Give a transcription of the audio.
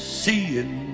seeing